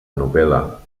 novel·la